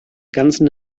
ganzen